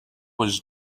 was